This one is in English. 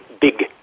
big